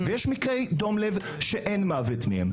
לפעמים אין מקרי מוות מדום לב.